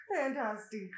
Fantastic